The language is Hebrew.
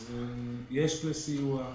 אז יש כלי סיוע.